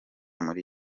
muri